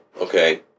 Okay